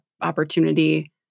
opportunity